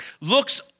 looks